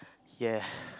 ya